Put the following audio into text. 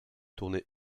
tournée